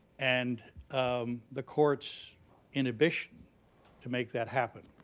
and um the court's inhibition to make that happen.